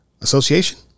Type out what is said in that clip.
Association